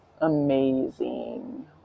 amazing